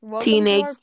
Teenage